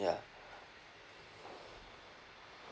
ya